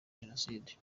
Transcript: jenoside